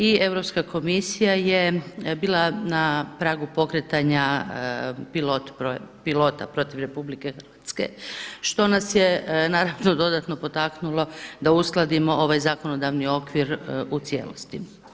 I Europska komisija je bila na pragu pokretanja pilota protiv RH što nas je naravno dodatno potaknulo da uskladimo ovaj zakonodavni okvir u cijelosti.